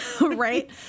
Right